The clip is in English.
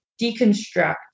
deconstruct